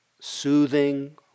soothing